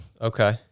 okay